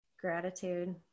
gratitude